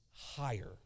higher